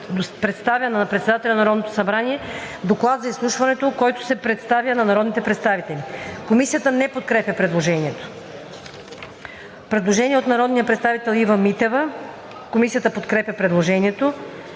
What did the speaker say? на председателя на Народното събрание доклад за изслушването, който се предоставя на народните представители.“ Комисията не подкрепя предложението. Предложение на народния представител Ива Митева. Комисията подкрепя предложението.